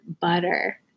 butter